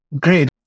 great